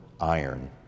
iron